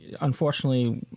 unfortunately